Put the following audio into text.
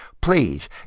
please